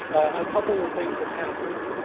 a couple of of things have happened.